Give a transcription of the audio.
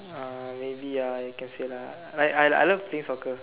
uh maybe ah I can say lah like I I love playing soccer